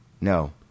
No